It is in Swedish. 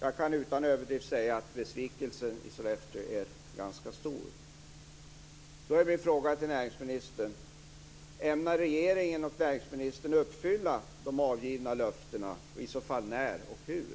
Jag kan utan överdrift säga att besvikelsen är ganska stor i Sollefteå. Då är min fråga till näringsministern: Ämnar regeringen och näringsministern uppfylla de avgivna löftena, och i så fall när och hur?